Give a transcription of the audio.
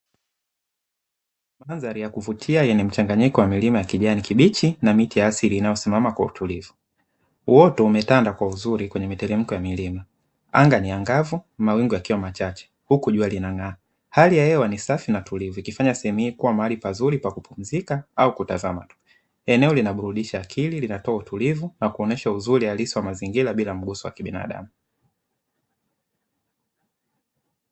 Mandhari ya kuvutia yenye mchanganyiko wa milima yenye kijani kibichi, na miti ya asili inayosimama kwa utulivu. Uoto umetanda kwa vizuri kwenye miteremko ya milima. Anga ni angavu, mawingi yakiwa machache, huku jua linang'aa. Hali ya hewa ni safi, tulivu, ikifanya sehemu hii kuwa mahali pazuri pa kupumzika au kutazama tu. Eneo linaburudisha akili, linatoa utulivu na kuonyesha uzuri halisi wa mazingira, bila mguso wa kibinadamu.